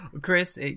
Chris